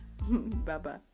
bye-bye